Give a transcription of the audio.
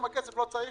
יהיה צריך